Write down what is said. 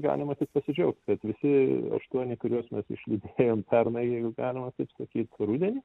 galima tik pasidžiaugt kad visi aštuoni kuriuos mes išlydėjom pernai jeigu galima taip sakyt rudenį